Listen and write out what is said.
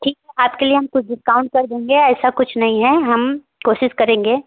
ठीक है आपके लिए हम कुछ डिस्काउंट कर देंगे ऐसा कुछ नहीं है हम कोशिश करेंगे